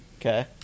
Okay